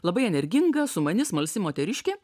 labai energinga sumani smalsi moteriškė